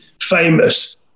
famous